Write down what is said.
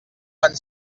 fan